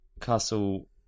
Castle